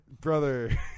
brother